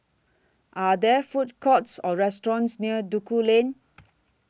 Are There Food Courts Or restaurants near Duku Lane